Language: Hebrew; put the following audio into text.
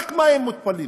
רק מים מותפלים,